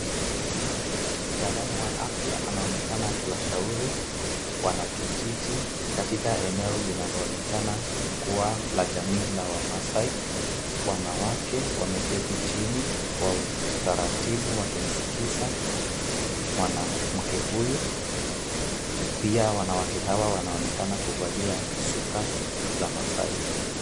Mtaalamu wa afya anaonekana akiwashauri wanakijiji katika eneo linaloonekana kuwa la jamii la wamasai, wanawake wameketi chini kwa utaratibu wakimsikiza mwanamke huyu, pia wanawake hawa wanaonekana kuvalia shuka za masai.